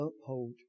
uphold